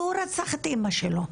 והוא רצח את אמא שלו.